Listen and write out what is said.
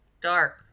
dark